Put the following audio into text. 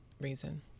reason